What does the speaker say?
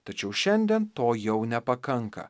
tačiau šiandien to jau nepakanka